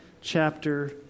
chapter